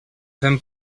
fem